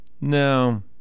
No